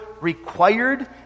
required